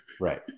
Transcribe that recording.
Right